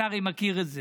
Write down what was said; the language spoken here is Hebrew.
אתה הרי מכיר את זה,